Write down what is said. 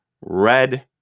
red